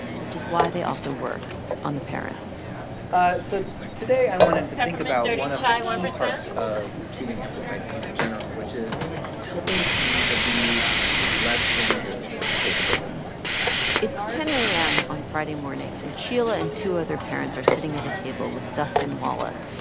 which is why they also work on the parents so today i wanted to think about one of the key parts of treating amplified pain in general, which is helping pain to be less dangerous to kids' brains it's ten a m. on friday morning, and sheila and two other parents are sitting at a table with dustin wallace,